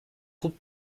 croupe